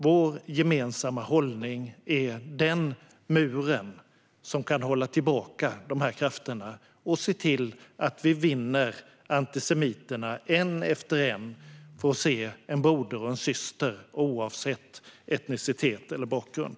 Vår gemensamma hållning är den mur som kan hålla tillbaka dessa krafter och se till att vi vinner antisemiterna, en efter en, för att se en broder och en syster oavsett etnicitet eller bakgrund.